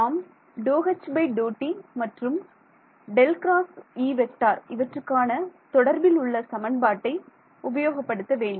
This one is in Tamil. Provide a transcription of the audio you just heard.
நாம் ∂H∂t மற்றும் இவற்றுக்கான தொடர்பில் உள்ள சமன்பாட்டை உபயோகப்படுத்த வேண்டும்